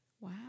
Wow